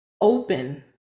open